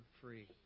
free